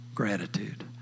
gratitude